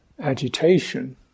Agitation